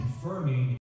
confirming